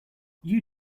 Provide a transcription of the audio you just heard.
you